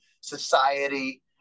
society